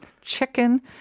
chicken